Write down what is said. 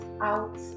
out